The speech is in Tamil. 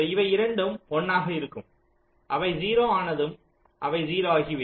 இவை இரண்டும் 1 ஆக இருக்கும் அவை 0 ஆனதும் அவை 0 ஆகிவிடும்